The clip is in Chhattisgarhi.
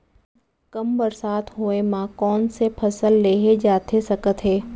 कम बरसात होए मा कौन से फसल लेहे जाथे सकत हे?